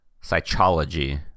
Psychology